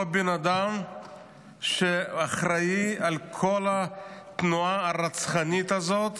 אותו בן אדם שאחראי לכל התנועה הרצחנית הזאת,